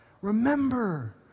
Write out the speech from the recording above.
Remember